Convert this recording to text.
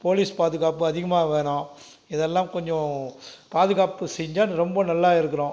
police பாதுகாப்பு அதிகமாக வேணும் இது எல்லாம் கொஞ்சம் பாதுகாப்பு செஞ்சால் ரொம்ப நல்லா இருக்கிறோம்